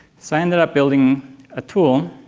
so i ended up building a tool,